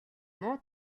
муу